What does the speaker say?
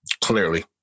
Clearly